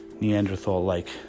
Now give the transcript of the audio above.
neanderthal-like